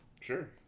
Sure